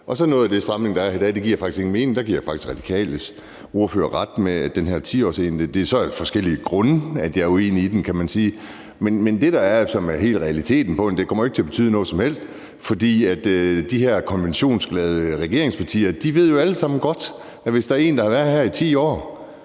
men noget af den stramning, der er her i dag, giver så faktisk ingen mening. Der giver jeg De Radikales ordfører ret med hensyn til den her 10-årsregel. Det er så af en anden grund, jeg er uenig i den, kan man sige, men det, der er i det, og som er hele realiteten i det, kommer ikke til at betyde noget som helst, fordi de her konventionsglade regeringspartier alle sammen godt ved, at hvis der er en, der har været her i 10 år,